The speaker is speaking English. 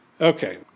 Okay